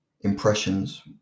impressions